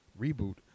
reboot